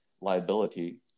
liability